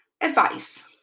Advice